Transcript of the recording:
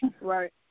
Right